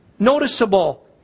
noticeable